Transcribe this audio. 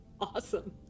awesome